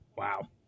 Wow